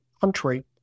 country